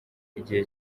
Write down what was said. igihe